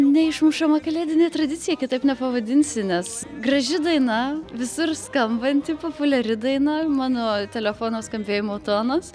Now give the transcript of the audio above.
neišmušama kalėdinė tradicija kitaip nepavadinsi nes graži daina visur skambanti populiari daina mano telefono skambėjimo tonas